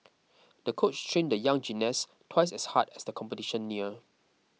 the coach trained the young gymnast twice as hard as the competition neared